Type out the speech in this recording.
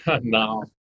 no